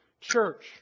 church